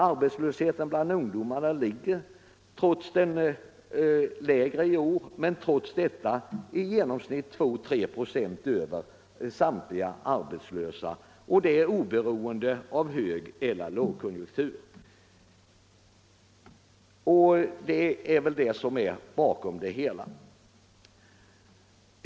Arbetslösheten bland ungdomarna är lägre i år men är trots detta 2 å 3 96 över genomsnittet för samtliga arbetslösa — och det är oberoende av om det är högeller lågkonjunktur.